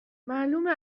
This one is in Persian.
معلومه